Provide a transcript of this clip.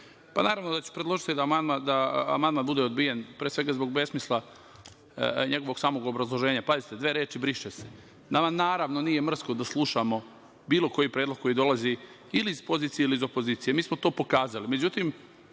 naravno da ću predložiti da amandman bude odbijen, pre svega zbog besmisla njegovog samog obrazloženja, pazite, dve reči – briše se. Nama naravno nije mrsko da slušamo bilo koji predlog koji dolazi ili iz pozicije ili iz opozicije. Mi smo to pokazali. Međutim,